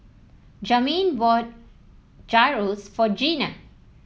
Jamin bought Gyros for Gina